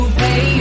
pay